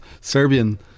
Serbian